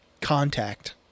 Contact